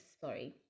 sorry